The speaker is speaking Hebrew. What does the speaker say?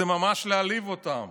זה ממש להעליב אותם